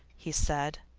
he said.